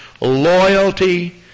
loyalty